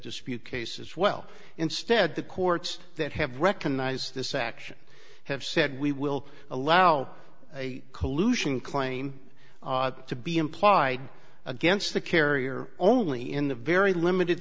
dispute case as well instead the courts that have recognized this action have said we will allow a collusion claim to be implied against the carrier only in the very limited